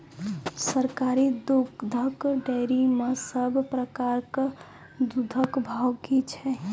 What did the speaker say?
सरकारी दुग्धक डेयरी मे सब प्रकारक दूधक भाव की छै?